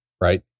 right